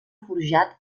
forjat